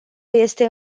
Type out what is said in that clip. este